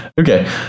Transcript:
okay